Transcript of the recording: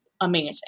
amazing